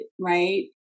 right